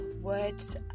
words